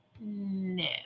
no